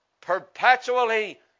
perpetually